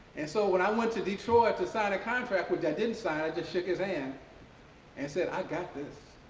and so, when i went to detroit to sign a contract, which i didn't sign, i just shook his hand and and said, i got this.